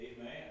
Amen